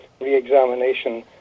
re-examination